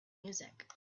music